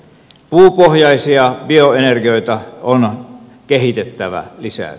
puupohjaisia bioenergioita on kehitettävä lisää